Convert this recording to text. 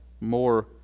more